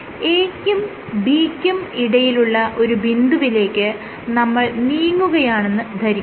A ക്കും B ക്കും ഇടയിലുള്ള ഒരു ബിന്ദുവിലേക്ക് നമ്മൾ നീങ്ങുകയാണെന്ന് ധരിക്കുക